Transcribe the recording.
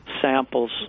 samples